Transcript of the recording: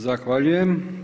Zahvaljujem.